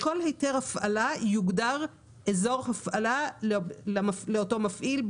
בכל היתר הפעלה יוגדר אזור הפעלה לאותו מפעיל,